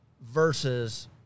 versus